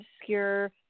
obscure